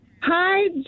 hi